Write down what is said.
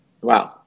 Wow